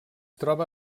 troba